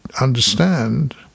understand